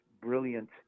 brilliant